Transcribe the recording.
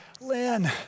Lynn